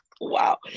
Wow